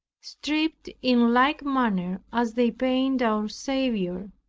stripped in like manner as they paint our saviour.